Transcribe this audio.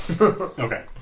Okay